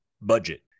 budget